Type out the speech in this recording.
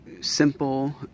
simple